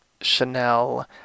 Chanel